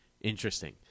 interesting